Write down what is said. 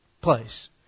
place